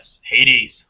Hades